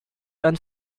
and